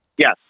Yes